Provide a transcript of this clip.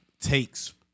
takes